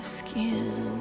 skin